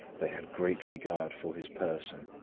they had great regard for his person.